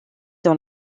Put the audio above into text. dans